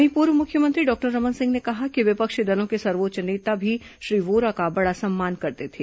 वहीं पूर्व मुख्यमंत्री डॉक्टर रमन सिंह ने कहा कि विपक्षी दलों के सर्वोच्च नेता भी श्री वोरा का बड़ा सम्मान करते थे